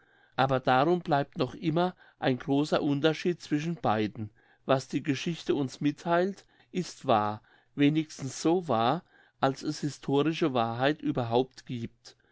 aber darum bleibt noch immer ein großer unterschied zwischen beiden was die geschichte uns mittheilt ist wahr wenigstens so wahr als es historische wahrheit überhaupt giebt